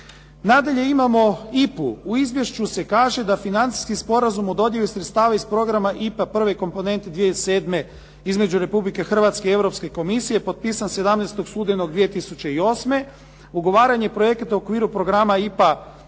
Nadalje imamo IPA-u. U izvješću se kaže da financijski sporazum o dodjeli sredstava iz programa IPA prve komponente 2007, između Republike Hrvatske i Europske komisije, potpisan 17. studenog 2008., ugovaranje projekata u okviru programa IPA